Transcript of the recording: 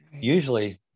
Usually